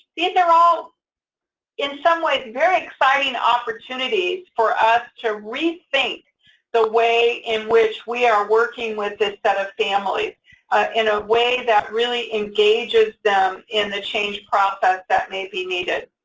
these are all in some ways very exciting opportunities for us to rethink the way in which we are working with this set of families in a way that really engages them in the change process that may be needed.